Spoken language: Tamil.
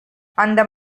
அந்த